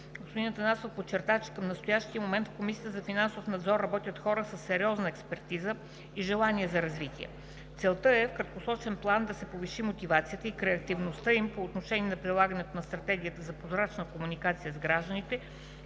Господин Атанасов подчерта, че към настоящия момент в Комисията за финансов надзор работят хора със сериозна експертиза и желание за развитие. Целта е в краткосрочен план да се повиши мотивацията и креативността им по отношение на прилагането на стратегията за прозрачна комуникация с гражданите